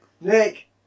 Nick